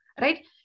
right